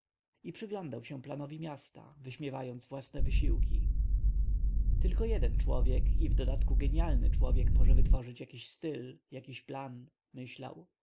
i przyglądał się planowi miasta wyśmiewając własne wysiłki tylko jeden człowiek i w dodatku genialny człowiek może wytworzyć jakiś styl jakiś plan myślał